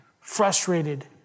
frustrated